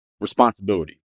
responsibility